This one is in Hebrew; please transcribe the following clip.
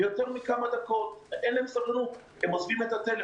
הוצאנו הנחיות לשטח,